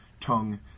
tongue